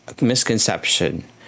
misconception